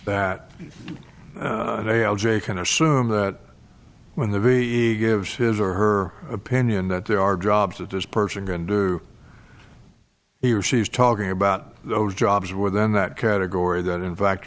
assume that when the v gives his or her opinion that there are jobs that this person going to be or she is talking about those jobs within that category that in fact